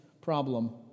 problem